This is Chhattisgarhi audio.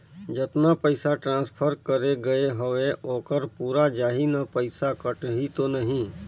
जतना पइसा ट्रांसफर करे गये हवे ओकर पूरा जाही न पइसा कटही तो नहीं?